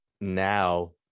now